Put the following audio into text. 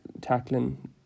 tackling